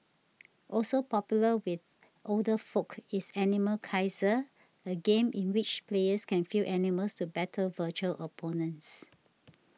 also popular with older folk is Animal Kaiser a game in which players can field animals to battle virtual opponents